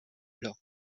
leur